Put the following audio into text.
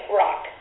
rock